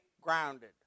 grounded